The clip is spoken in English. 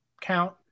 count